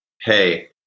hey